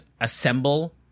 assemble